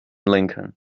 lincoln